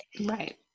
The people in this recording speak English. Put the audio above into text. Right